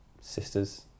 sister's